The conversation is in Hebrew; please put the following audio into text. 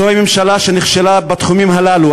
זו ממשלה שנכשלה בתחומים הללו,